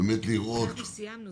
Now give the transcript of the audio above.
לראות --- אנחנו סיימנו.